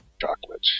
Chocolate